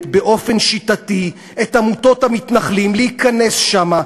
באופן שיטתי את עמותות המתנחלים להיכנס שם,